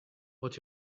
what